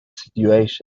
situations